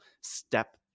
step